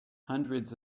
hundreds